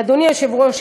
ואדוני היושב-ראש,